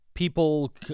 People